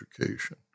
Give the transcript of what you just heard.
education